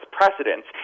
precedents